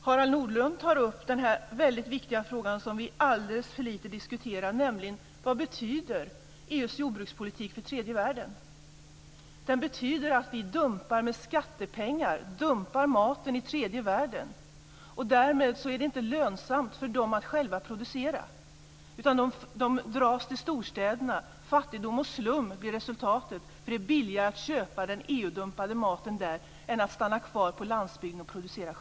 Harald Nordlund tar upp den viktiga fråga som vi diskuterar alldeles för lite, nämligen den om vad EU:s jordbrukspolitik betyder för tredje världen. EU:s jordbrukspolitik betyder att vi med skattepengar dumpar maten i tredje världen. Därmed är det inte lönsamt för människorna där att själva producera, utan de dras till storstäderna. Fattigdom och slum blir resultatet. Det blir nämligen billigare att köpa den EU-dumpade maten där än att stanna kvar på landsbygden och själv producera.